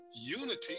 unity